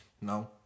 No